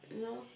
No